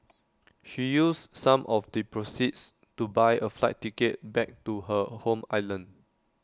she used some of the proceeds to buy A flight ticket back to her home island